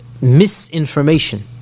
misinformation